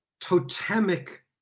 totemic